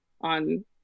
on